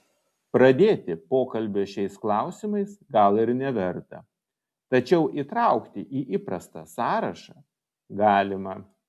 pradėti pokalbio šiais klausimais gal ir neverta tačiau įtraukti į įprastą sąrašą galima